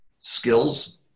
skills